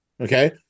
okay